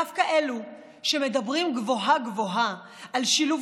דווקא אלו שמדברים גבוהה-גבוהה על שילוב